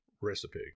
recipe